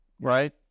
right